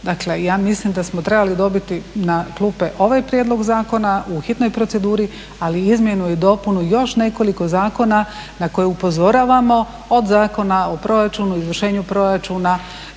Dakle ja mislim da smo trebali dobiti na klupe ovaj prijedlog zakona u hitnoj proceduri ali izmjenu i dopunu još nekoliko zakona na koje upozoravamo od Zakona o proračunu, izvršenju proračuna